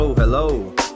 Hello